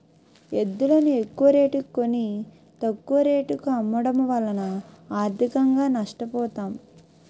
ఎద్దులును ఎక్కువరేటుకి కొని, తక్కువ రేటుకు అమ్మడము వలన ఆర్థికంగా నష్ట పోతాం